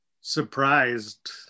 surprised